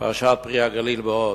פרשת "פרי הגליל" ועוד.